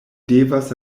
devas